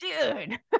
dude